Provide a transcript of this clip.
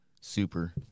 Super